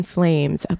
Flames